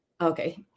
okay